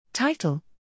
Title